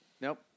Nope